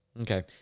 Okay